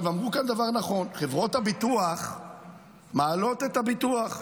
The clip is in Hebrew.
אמרו כאן דבר נכון: חברות הביטוח מעלות את הביטוח.